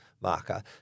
marker